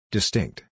Distinct